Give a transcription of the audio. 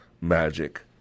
magic